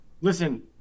Listen